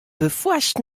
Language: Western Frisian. perfoarst